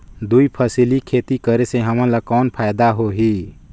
दुई फसली खेती करे से हमन ला कौन फायदा होही?